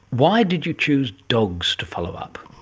why did you choose dogs to follow up?